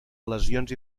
lesions